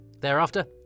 Thereafter